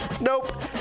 nope